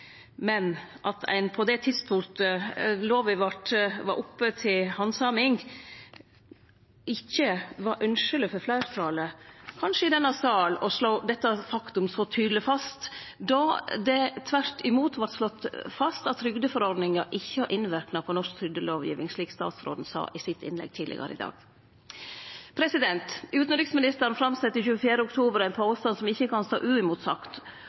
men at det på det tidspunktet lova var oppe til handsaming, ikkje var ønskjeleg for fleirtalet, kanskje, i denne salen å slå dette faktumet så tydeleg fast. Det vart tvert imot slått fast at trygdeforordninga ikkje har innverknad på norsk trygdelovgiving, slik statsråden sa i sitt innlegg tidlegare i dag. Utanriksministeren framsette 24. oktober ein påstand som ikkje kan stå uimotsagt. Ho meiner at for oss som er imot